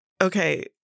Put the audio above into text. okay